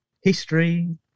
history